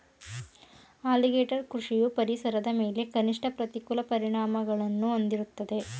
alligator ಕೃಷಿಯು ಪರಿಸರದ ಮೇಲೆ ಕನಿಷ್ಠ ಪ್ರತಿಕೂಲ ಪರಿಣಾಮಗಳನ್ನು ಹೊಂದಿರ್ತದೆ